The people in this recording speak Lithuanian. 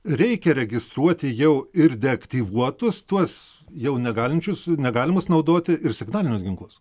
reikia registruoti jau ir deaktyvuotus tuos jau negalinčius negalimus naudoti ir signalinius ginklus